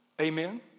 Amen